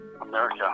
America